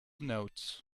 notes